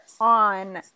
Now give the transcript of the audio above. on